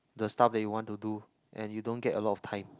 the stuff that you want to do and you don't get a lot of time